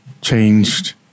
changed